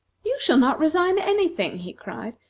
you shall not resign any thing! he cried.